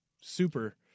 Super